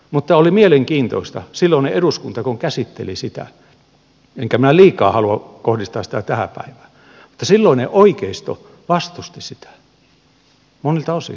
mutta oli mielenkiintoista että kun silloinen eduskunta käsitteli sitä enkä minä liikaa halua kohdistaa sitä tähän päivään niin silloinen oikeisto vastusti sitä monilta osin